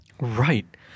Right